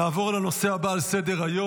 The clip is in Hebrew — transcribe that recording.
נעבור לנושא הבא על סדר-היום,